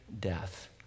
death